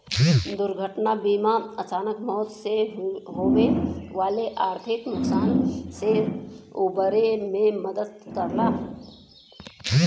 दुर्घटना बीमा अचानक मौत से होये वाले आर्थिक नुकसान से उबरे में मदद करला